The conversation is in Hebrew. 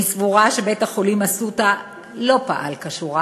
אני סבורה שבית-החולים "אסותא" לא פעל כשורה